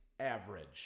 Average